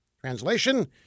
Translation